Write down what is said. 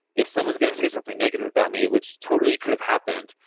if someone's going to say something negative about me which totally could have happened,